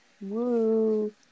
Woo